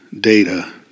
data